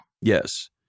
Yes